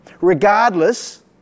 regardless